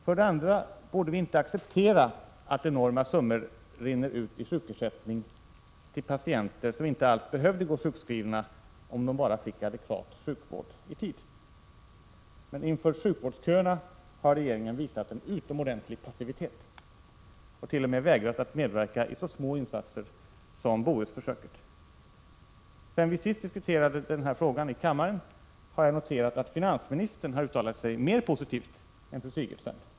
För det andra borde vi inte acceptera att enorma summor rinner ut i sjukersättning till patienter som inte alls behövde gå sjukskrivna om de bara fick adekvat sjukvård i tid. Men inför sjukvårdsköerna har regeringen visat en utomordentlig passivitet och t.o.m. vägrat att medverka i så små insatser som Bohusförsöket. Sedan vi senast diskuterade den här frågan i kammaren har jag noterat att finansministern har uttalat sig mer positivt än fru Sigurdsen.